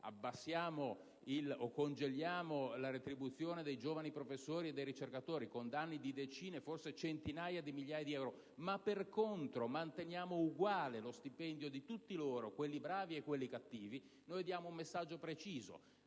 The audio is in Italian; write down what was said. abbassiamo o congeliamo la retribuzione dei giovani professori e dei ricercatori con danni di decine, forse centinaia di migliaia di euro ma per contro manteniamo uguale lo stipendio di tutti loro, quelli bravi e quelli cattivi, diamo loro un messaggio preciso: